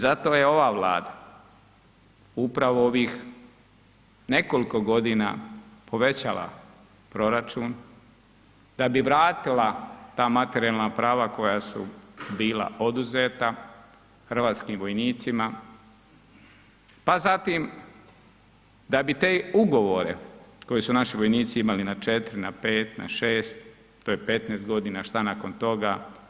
I zato je Vlada Vlada upravo ovih nekoliko godina povećala proračun da bi vratila ta materijalna prava koja su bila oduzeta hrvatskim vojnicima, pa zatim da bi te ugovore koje su naši vojnici imali na 4, na 5, na 6, to je 15 godina, šta nakon toga.